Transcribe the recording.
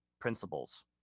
principles